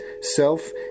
self